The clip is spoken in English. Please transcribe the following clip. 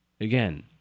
Again